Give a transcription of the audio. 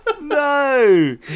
No